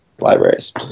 libraries